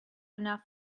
enough